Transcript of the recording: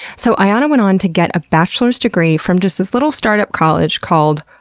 so, ayana went on to get a bachelor's degree from this this little startup college called